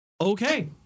Okay